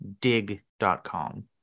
dig.com